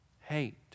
hate